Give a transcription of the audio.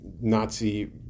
Nazi